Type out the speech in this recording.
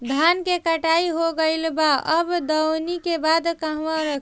धान के कटाई हो गइल बा अब दवनि के बाद कहवा रखी?